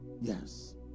yes